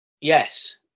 Yes